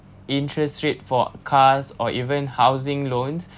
interest rate for cars or even housing loans